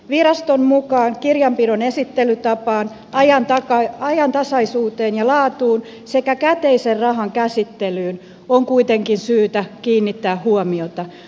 viraston mukaan kirjanpidon esittelytapaan ajantasaisuuteen ja laatuun sekä käteisen rahan käsittelyyn on kuitenkin syytä kiinnittää huomiota